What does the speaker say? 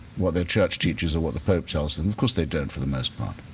what their church teaches or what the pope tells them. of course they don't for the most part.